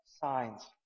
signs